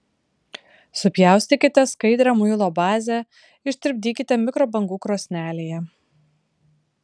supjaustykite skaidrią muilo bazę ištirpdykite mikrobangų krosnelėje